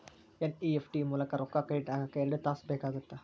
NEFT ಮೂಲಕ ರೊಕ್ಕಾ credit ಆಗಾಕ ಎರಡ್ ತಾಸ ಬೇಕಾಗತ್ತಾ